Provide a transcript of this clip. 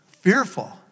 fearful